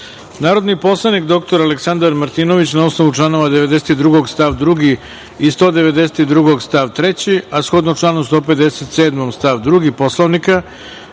predlog. Narodni poslanik dr Aleksandar Martinović, na osnovu čl. 92. stav 2. i 192. stav 3, a shodno članu 157. stav 2. Poslovnika,